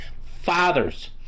Fathers